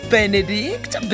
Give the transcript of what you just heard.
Benedict